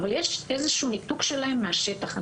אבל יש איזשהו ניתוק שלהם מהשטח.